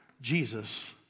Jesus